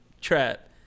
Trap